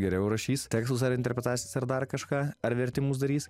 geriau rašys tekstus ar interpretacijas ar dar kažką ar vertimus darys